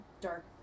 dark